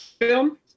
film